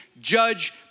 judge